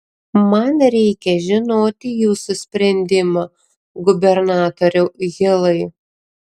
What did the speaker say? man reikia žinoti jūsų sprendimą gubernatoriau hilai